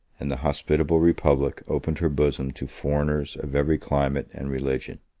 and the hospitable republic opened her bosom to foreigners of every climate and religion.